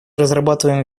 разрабатываем